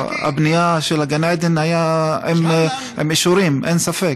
שהבנייה של גן עדן הייתה עם אישורים, אין ספק.